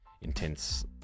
intense